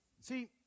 See